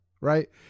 Right